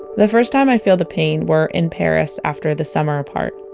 the first time i feel the pain, we're in paris after the summer apart.